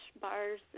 bars